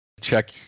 Check